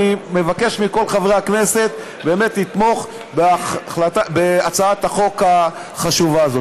אני מבקש מכל חברי הכנסת באמת לתמוך בהצעת החוק החשובה הזאת.